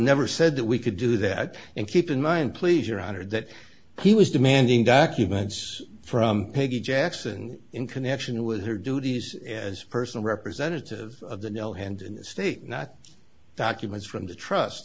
never said that we could do that and keep in mind please your honor that he was demanding documents from peggy jackson in connection with her duties as a personal representative of the no hand in the state not documents from the trust